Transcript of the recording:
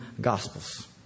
Gospels